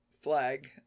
flag